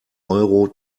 euro